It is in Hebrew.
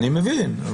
אני מבין,